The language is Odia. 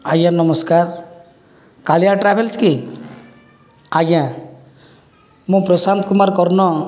ଆଜ୍ଞା ନମସ୍କାର କାଳିଆ ଟ୍ରାଭେଲ୍ସ କି ଆଜ୍ଞା ମୁଁ ପ୍ରଶାନ୍ତ କୁମାର କର୍ଣ୍ଣ